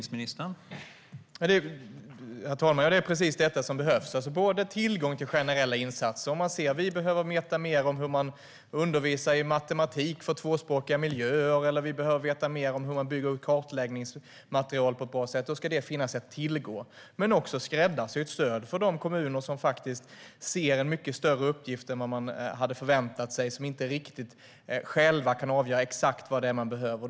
Herr talman! Det är precis detta som behövs. Det handlar alltså om tillgång till generella insatser. Om man till exempel ser att man behöver veta mer om hur man undervisar i matematik för tvåspråkiga miljöer eller behöver veta hur man bygger upp kartläggningsmaterial på ett bra sätt ska det finnas att tillgå. Men det handlar också om skräddarsytt stöd för de kommuner som faktiskt ser en mycket större uppgift än de hade förväntat sig och som inte själva riktigt kan avgöra exakt vad det är de behöver.